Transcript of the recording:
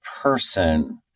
person